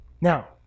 Now